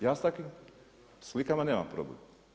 Ja s takvim slikama nemam problem.